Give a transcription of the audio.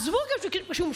עזבו שהוא משקר.